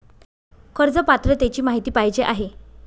कर्ज पात्रतेची माहिती पाहिजे आहे?